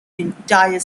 entire